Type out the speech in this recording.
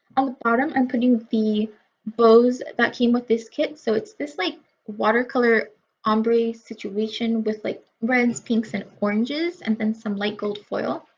on the bottom i'm putting the bows that came with this kit so it's this like watercolor ombre situation with like reds pinks and oranges and then some light gold foil.